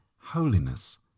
holiness